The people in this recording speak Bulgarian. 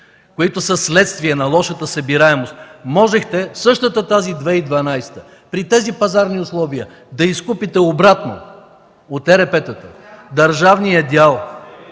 които са следствие на лошата събираемост, можехте същата тази 2012 г., при тези пазарни условия да изкупите обратно от ЕРП-тата държавния дял